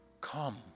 come